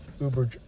Uber